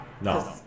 No